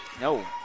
no